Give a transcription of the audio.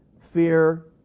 fear